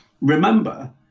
Remember